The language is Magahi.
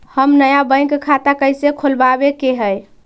हम नया बैंक खाता कैसे खोलबाबे के है?